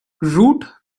root